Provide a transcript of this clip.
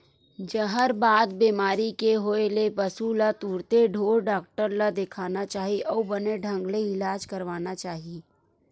जहरबाद बेमारी के होय ले पसु ल तुरते ढ़ोर डॉक्टर ल देखाना चाही अउ बने ढंग ले इलाज करवाना चाही